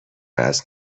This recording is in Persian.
وزن